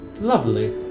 lovely